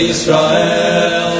Israel